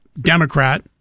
Democrat